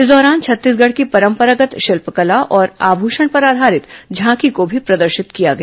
इस दौरान छत्तीसगढ़ की परंपरागत् शिल्पकला और आभूषण पर आधारित झांकी को भी प्रदर्शित किया गया